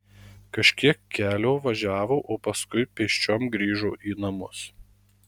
kažkiek kelio važiavo o paskui pėsčiom grįžo į namus